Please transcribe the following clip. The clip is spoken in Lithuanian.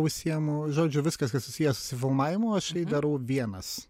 užsiėmu žodžiu viskas kas susiję su filmavimu aš darau vienas